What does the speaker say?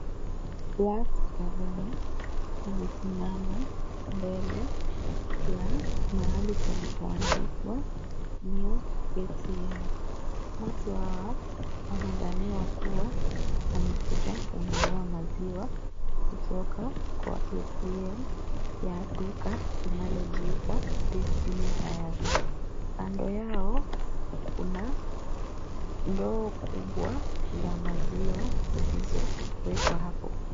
Watu kadhaa wamesimama mbele ya mahali palipoandikwa milk ATM . Watu hawa wanadhaniwa kuwa wamekuja kununua maziwa kutoka kwa ATM ya duka linalojiita Destiny Diaries . Kando yao kuna ndoo kubwa za maziwa zilizowekwa hapo.